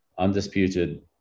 undisputed